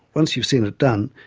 once you've seen it done,